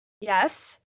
Yes